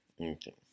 Okay